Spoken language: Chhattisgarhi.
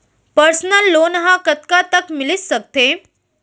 पर्सनल लोन ह कतका तक मिलिस सकथे?